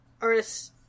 artists